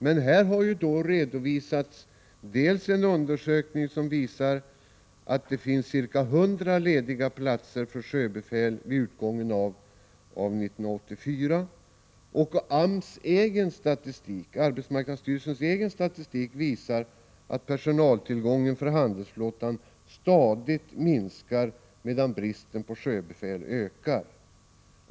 Men det har redovisats en undersökning som visar att det fanns ca 100 lediga platser för sjöbefäl vid utgången av 1984. AMS egen statistik visar för övrigt att personaltillgången för handelsflottan stadigt minskar, medan bristen på sjöbefäl ökar.